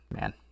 Man